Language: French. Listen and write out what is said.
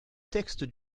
texte